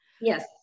Yes